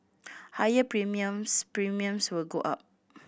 higher premiums Premiums will go up